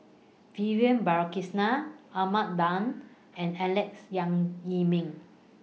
Vivian Balakrishnan Ahmad Daud and Alex Yam Ziming